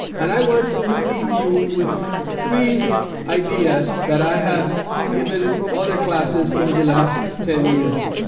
and i want to leave you with three ideas that i have given other classes over the last ten years.